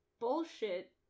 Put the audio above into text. bullshit